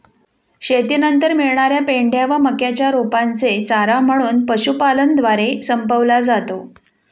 शेतीनंतर मिळणार्या पेंढ्या व मक्याच्या रोपांचे चारा म्हणून पशुपालनद्वारे संपवला जातो